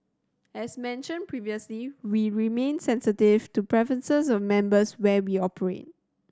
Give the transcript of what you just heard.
as mentioned previously we remain sensitive to preferences of members where we operate